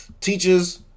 teachers